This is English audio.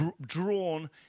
drawn